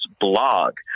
blog